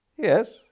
Yes